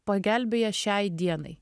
pagelbėja šiai dienai